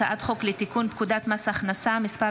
הצעת חוק לתיקון פקודת מס הכנסה (מס'